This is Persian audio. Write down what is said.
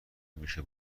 میشه